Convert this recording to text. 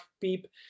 beep